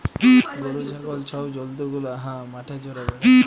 গরু, ছাগল ছব জল্তু গুলা হাঁ মাঠে চ্যরে বেড়ায়